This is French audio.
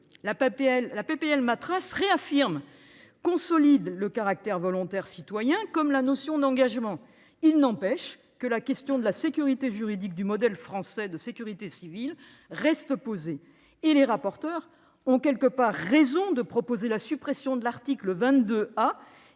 de loi Matras réaffirme et consolide le caractère volontaire citoyen, comme la notion d'engagement. Il n'empêche que la question de la sécurité juridique du modèle français de sécurité civile reste posée. Les rapporteurs ont donc sans doute raison de proposer la suppression de l'article 22